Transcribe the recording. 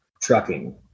trucking